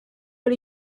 but